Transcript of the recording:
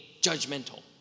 judgmental